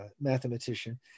mathematician